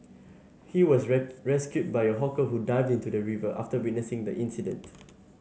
he was rescued by a hawker who dived into the river after witnessing the incident